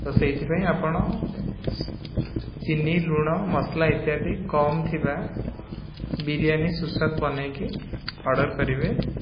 ତ ସେଇଥିପାଇଁ ଆପଣ ଚିନି ଲୁଣ ମସଲା ଇତ୍ୟାଦି କମ୍ ଥିବା ବିରିୟାନୀ ସୁସ୍ୱାଦୁ ବନେଇକି ଅର୍ଡ଼ର କରିବେ